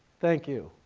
thank you